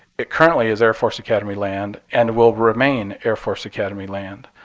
it currently is air force academy land and will remain air force academy land.